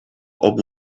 obu